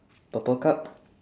purple card